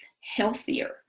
healthier